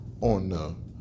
on